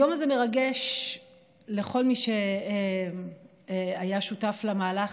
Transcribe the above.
היום הזה מרגש לכל מי שהיה שותף למהלך